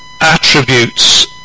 attributes